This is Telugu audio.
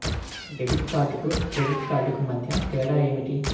డెబిట్ కార్డుకు క్రెడిట్ కార్డుకు మధ్య తేడా ఏమిటీ?